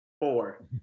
Four